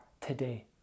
today